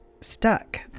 stuck